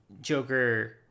Joker